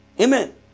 Amen